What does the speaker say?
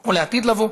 או לעתיד לבוא,